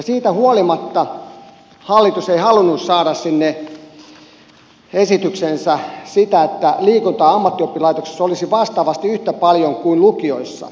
siitä huolimatta hallitus ei halunnut saada sinne esitykseensä sitä että liikuntaa sekä terveystietoa ammattioppilaitoksissa olisi vastaavasti yhtä paljon kuin lukioissa